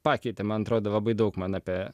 pakeitė man atrodo labai daug man apie